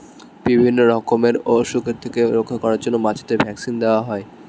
বিভিন্ন রকমের অসুখের থেকে রক্ষা করার জন্য মাছেদের ভ্যাক্সিন দেওয়া হয়